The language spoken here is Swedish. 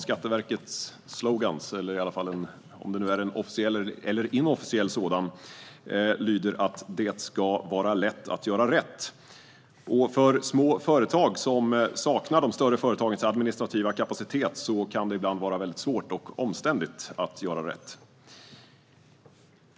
Skatteverket har en slogan - jag vet inte om den är officiell eller inofficiell - och den lyder "Det ska vara lätt att göra rätt". För små företag som saknar de större företagens administrativa kapacitet kan det ibland vara väldigt svårt och omständligt att göra rätt.